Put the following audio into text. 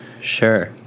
Sure